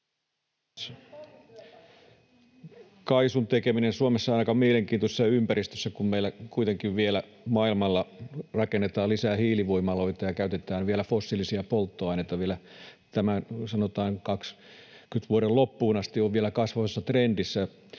KAISUn tekeminen Suomessa on aika mielenkiintoisessa ympäristössä, kun meillä kuitenkin vielä maailmalla rakennetaan lisää hiilivoimaloita ja käytetään fossiilisia polttoaineita vielä, sanotaan, tämän 20-luvun loppuun asti kasvavassa trendissä.